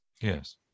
yes